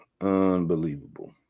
Unbelievable